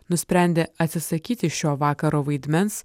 nusprendė atsisakyti šio vakaro vaidmens